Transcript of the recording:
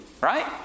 Right